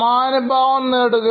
സമാനുഭാവം നേടുക